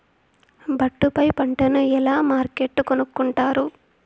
ఒట్టు పై పంటను ఎలా మార్కెట్ కొనుక్కొంటారు?